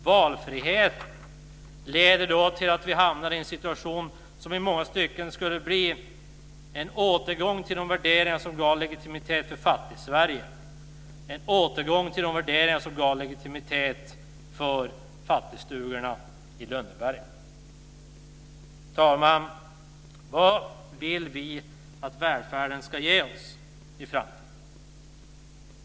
Valfrihet leder då till en situation som i många stycken skulle innebära en återgång till de värderingar som gav legitimitet för Fattigsverige och fattigstugorna i Herr talman! Vad vill vi att välfärden ska ge oss i framtiden?